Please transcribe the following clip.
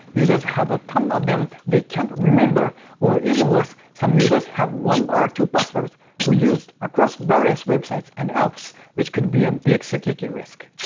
users have a ton of them they can't remember. or even worse, some users have one or two passwords reused across various websites and apps which could be a big security risk.